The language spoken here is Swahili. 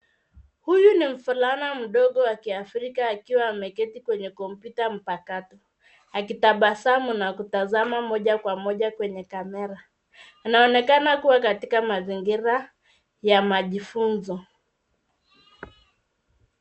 Huyu ni mvulana mdogo wa kiafrika akiwa ameketi kwenye kompyuta mpakato, akitabasamu na kutazama moja kwa moja kwenye kamera. Anaonekana kuwa katika mazingira ya majifunzo.